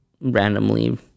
randomly